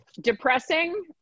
Depressing